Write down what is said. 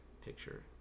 picture